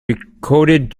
recorded